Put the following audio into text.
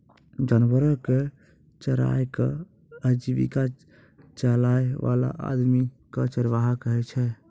जानवरो कॅ चराय कॅ आजीविका चलाय वाला आदमी कॅ चरवाहा कहै छै